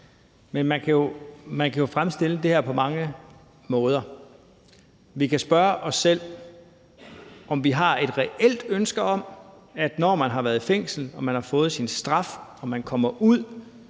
Man kan jo fremstille det her på mange måder. Vi kan spørge os selv, om vi har et reelt ønske om, at man, når man har været i fængsel, har fået sin straf og kommer ud,